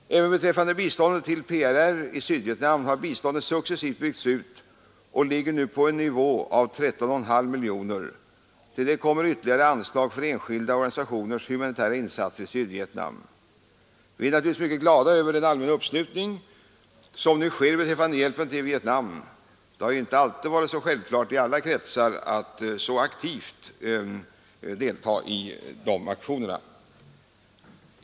Även beträffande biståndet till PRR i Sydvietnam har biståndet successivt byggts ut och ligger nu på en nivå av 13,5 miljoner kronor. Till detta kommer ytterligare anslag för enskilda organisationers humanitära insatser i Sydvietnam. Vi är naturligtvis mycket glada över den allmänna uppslutning som nu sker beträffande hjälpen till Vietnam. Det har inte alltid varit lika självklart i alla kretsar att så aktivt delta i de aktionerna.